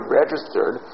registered